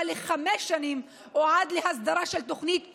לחמש שנים או עד להסדרה של תוכנית כוללנית,